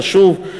חשוב,